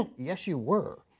yes you were,